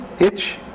itch